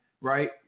right